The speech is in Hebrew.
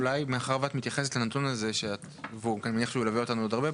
אולי מאחר ואת מתייחסת לנתון הזה ואני מניח שהוא ילווה אותנו עוד הרבה,